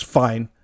fine